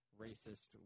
racist